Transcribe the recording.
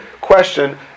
question